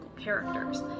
characters